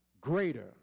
greater